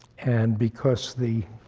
and because the